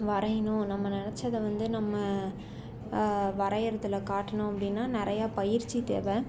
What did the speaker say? வரையணும் நம்ம நினச்சத வந்து நம்ம வரையறதில் காட்டணும் அப்படின்னா நிறையா பயிற்சி தேவை